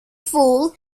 fool